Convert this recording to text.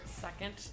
second